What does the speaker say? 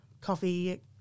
coffee